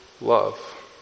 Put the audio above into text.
love